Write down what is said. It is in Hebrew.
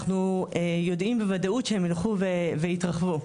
אנחנו יודעים בוודאות שהם ילכו ויתרחבו,